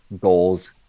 goals